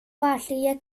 varje